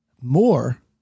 more